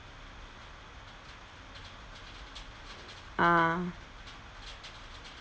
ah